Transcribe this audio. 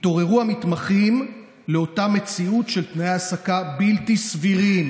התעוררו המתמחים לאותה מציאות של תנאי העסקה בלתי סבירים